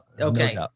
Okay